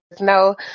no